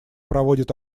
проводят